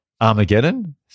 Armageddon